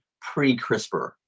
pre-CRISPR